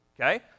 okay